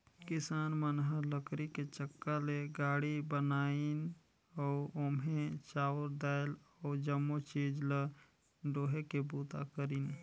किसान मन ह लकरी के चक्का ले गाड़ी बनाइन अउ ओम्हे चाँउर दायल अउ जमो चीज ल डोहे के बूता करिन